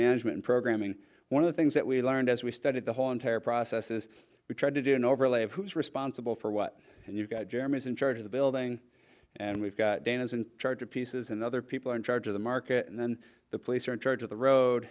management programming one of the things that we learned as we started the whole entire process is we tried to do an overlay of who's responsible for what and you've got jeremy is in charge of the building and we've got dan is in charge of pieces and other people are in charge of the market and then the police are in charge of the road